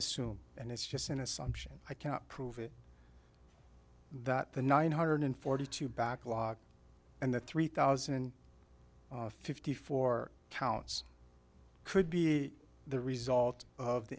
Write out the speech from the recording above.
assume and it's just an assumption i can't prove it that the nine hundred forty two backlog and the three thousand and fifty four counts could be the result of the